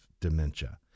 dementia